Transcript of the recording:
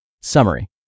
Summary